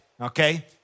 okay